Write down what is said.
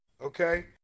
okay